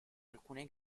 alcune